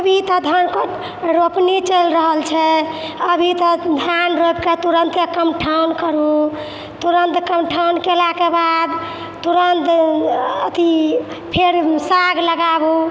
अभी तऽ धानके रोपनी चलि रहल छै अभी तऽ धान रोपिकऽ तुरन्ते कमठौन करू तुरन्त कमठौन केलाके बाद तुरन्त अथी फेर साग लगाबू